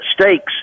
stakes